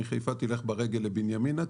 ומחיפה תלך ברגל לבנימינה,